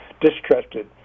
distrusted